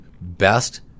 best